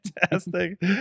Fantastic